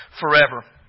forever